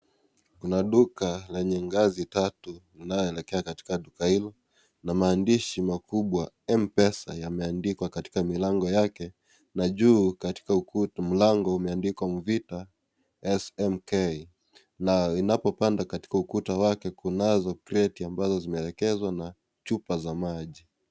Kuna duka lenye ngazi tatu linaloelekea katika duka hilo na maandishi makubwa MPESA yameandikwa katika milango yake na juu katika mlango umeandikwa )nuvita smk,na inapopanda katika ukuta wake kunazo kreti ambazo zimeelekezwa na chupa za maji.